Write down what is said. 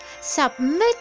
Submit